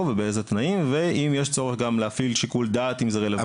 ובאיזה תנאים ואם יש צורך גם להפעיל שיקול דעת אם זה רלוונטי או לא.